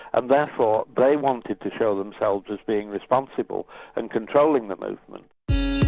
and therefore they wanted to show themselves as being responsible and controlling the movement.